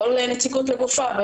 כל נציגות לגופה.